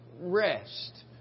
rest